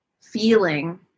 feeling